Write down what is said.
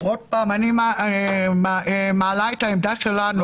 אני מעלה את העמדה שלנו